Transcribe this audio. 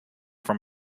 from